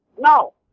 No